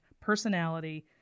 personality